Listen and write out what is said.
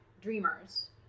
dreamers